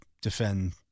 defend